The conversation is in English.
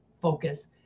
focus